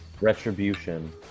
Retribution